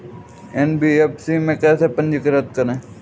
NBFC में कैसे पंजीकृत करें?